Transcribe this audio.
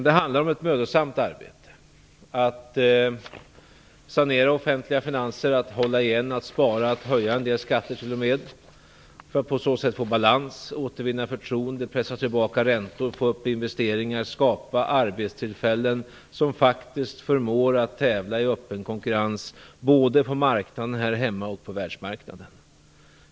Det handlar dock om ett mödosamt arbete: att sanera offentliga finanser, att hålla igen, att spara, att t.o.m. höja en del skatter - för att på så sätt få balans, återvinna förtroende, pressa tillbaka räntor, få upp investeringar och skapa arbetstillfällen som faktiskt förmår tävla i öppen konkurrens, både på marknaden här hemma och på världsmarknaden.